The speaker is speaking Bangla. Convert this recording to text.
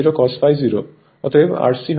অতএব Rc হবে V1I0 cos∅ 0